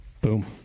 Boom